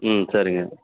ம் சரிங்க